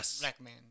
Blackman